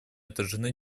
отражены